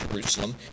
Jerusalem